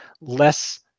less